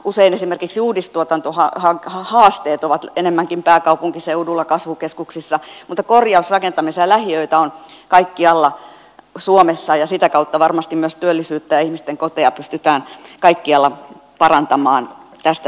usein esimerkiksi uudistuotantohaasteet ovat enemmänkin pääkaupunkiseudulla kasvukeskuksissa mutta korjausrakentamista ja lähiöitä on kaikkialla suomessa ja sitä kautta varmasti myös työllisyyttä ja ihmisten koteja pystytään kaikkialla parantamaan tästä syystä